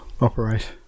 operate